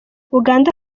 uganda